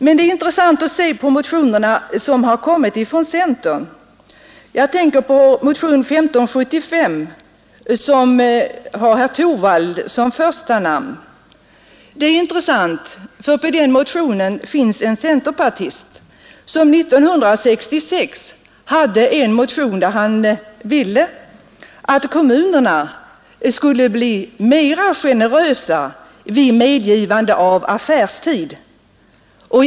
Det är också intressant att se på de motioner som kommit från centerpartiet. Jag tänker bl.a. på motionen 1575 som har herr Torwald som första namn. Den är intressant så till vida att bland undertecknarna av den motionen finns en centerpartist som 1966 hade en motion där han ville att kommunerna vid tillämpningen av affärstidslagen skulle iakttaga stor generositet vid medgivande av utsträckt affärstid.